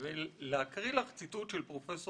להקריא לך ציטוט של פרופ'